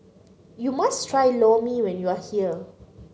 you must try Lor Mee when you are here